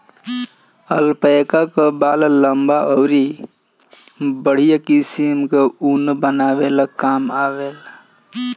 alpaca कअ बाल लंबा अउरी बढ़िया किसिम कअ ऊन बनवले के काम आवेला